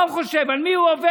מה הוא חושב, על מי הוא עובד?